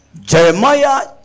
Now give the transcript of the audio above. Jeremiah